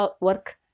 work